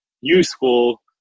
useful